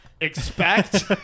expect